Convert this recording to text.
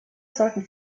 sollten